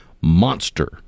MONSTER